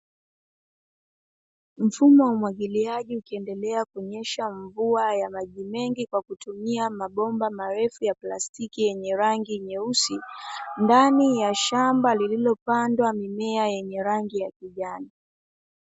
Mfumo wa umwagiliaji ukiendelea kunyesha mvua ya maji mengi kwa kutumika mabomba marefu ya plastiki yenye rangi nyeusi, ndani ya shamba lililopandwa mimea yenye rangi ya kijani.